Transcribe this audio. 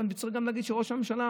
וצריך להגיד שגם ראש הממשלה